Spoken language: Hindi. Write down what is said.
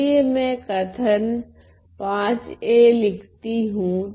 चलिए मैं कथन Va लिखती हूँ